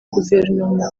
guverinoma